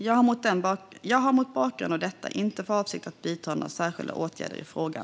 Jag har mot bakgrund av detta inte för avsikt att vidta några särskilda åtgärder i frågan.